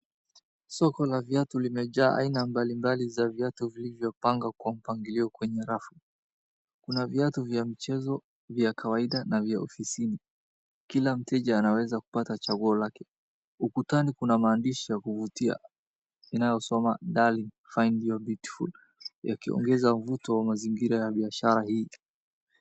Soko la viatu limejaa aina mbalimbali za viatu vilivyopangwa kwa mpangilio kwenye rafu. Kuna viatu vya michezo, vya kawaida na vya ofisini. Kila mteja anaweza kupata chaguo lake. Ukutani kuna maandishi ya kuvutia inayosoma, Darling Find your beautiful , yakiongeza uvuto wa mazingira ya biashara hili.